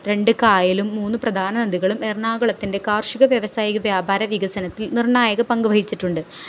രണ്ട് കായലും മൂന്ന് പ്രധാന നദികളും എറണാകുളത്തിൻ്റെ കാർഷിക വ്യാവസായിക വ്യാപാര വികസനത്തിൽ നിർണായക പങ്കു വഹിച്ചിട്ടുണ്ട്